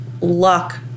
luck